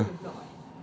ya lah